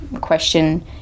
question